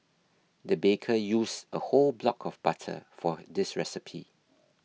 the baker used a whole block of butter for this recipe